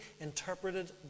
interpreted